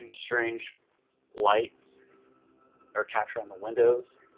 um strange lights are kept from the windows.